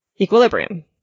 equilibrium